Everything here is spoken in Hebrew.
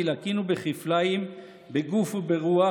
כי לוקינו בכפלים: בגוף וברוח,